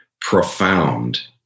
profound